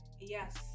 Yes